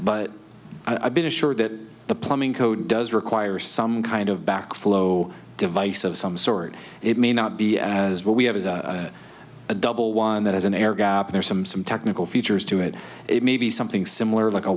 but i've been assured that the plumbing code does require some kind of back flow device of some sort it may not be as what we have as a double one that has an air gap there's some some technical features to it it may be something similar like a